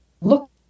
Look